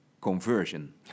Conversion